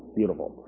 beautiful